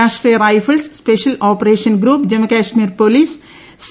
രാഷ്ട്രീയ rifles special operation group Jammu Kashmir police C